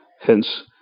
hence